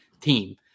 team